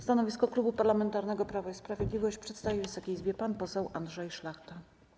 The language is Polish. Stanowisko Klubu Parlamentarnego Prawo i Sprawiedliwość przedstawi Wysokiej Izbie pan poseł Andrzej Szlachta.